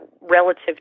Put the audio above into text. relative